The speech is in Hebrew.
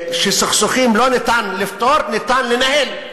שסכסוכים לא ניתן לפתור, ניתן לנהל.